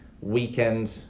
weekend